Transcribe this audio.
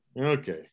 Okay